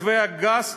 מתווה הגז,